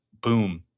boom